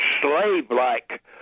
slave-like